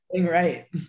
right